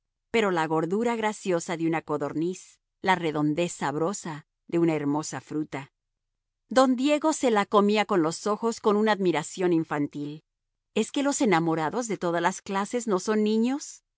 pero la gordura graciosa de una codorniz la redondez sabrosa de una hermosa fruta don diego se la comía con los ojos con una admiración infantil es que los enamorados de todas las clases no son niños